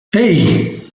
hey